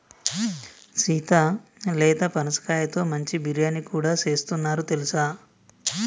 సీత లేత పనసకాయతో మంచి బిర్యానీ కూడా సేస్తున్నారు తెలుసా